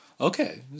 Okay